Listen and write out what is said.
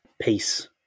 peace